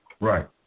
Right